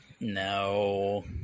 no